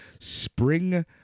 spring